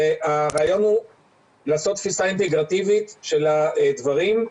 והרעיון הוא לעשות תפיסה אינטגרטיבית של הדברים.